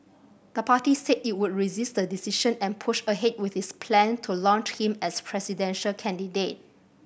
the party said it would resist the decision and push ahead with its plan to launch him as presidential candidate